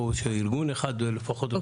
פה שלפחות ארגון אחד ניתן לו.